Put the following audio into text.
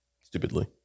Stupidly